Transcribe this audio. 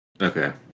Okay